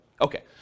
Okay